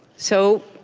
so,